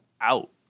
out